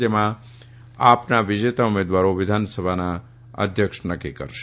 જેમાં આપના વિજેતા ઉમેદવારો વિધાનસભાનો પ્રમુખ નક્કી કરશે